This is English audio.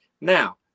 now